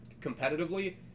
competitively